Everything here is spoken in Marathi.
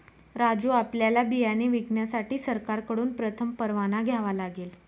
राजू आपल्याला बियाणे विकण्यासाठी सरकारकडून प्रथम परवाना घ्यावा लागेल